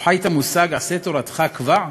הוא חי את המושג "עשה תורתך קבע"?